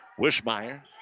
Wishmeyer